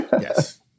Yes